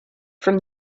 from